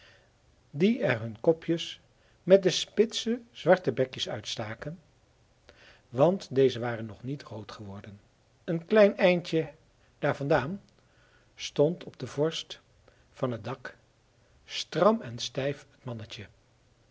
die er hun kopjes met de spitse zwarte bekjes uitstaken want deze waren nog niet rood geworden een klein eindje daar vandaan stond op de vorst van het dak stram en stijf het mannetje